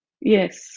Yes